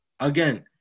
Again